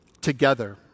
together